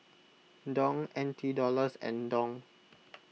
Dong N T Dollars and Dong